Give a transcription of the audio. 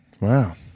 wow